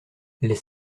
les